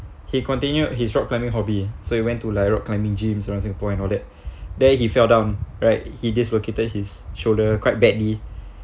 he continued his rock climbing hobby so he went to like rock climbing gyms around singapore and all that then he fell down right he dislocated his shoulder quite badly